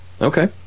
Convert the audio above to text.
Okay